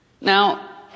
Now